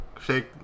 Shake